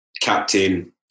captain